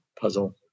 puzzle